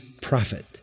prophet